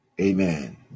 Amen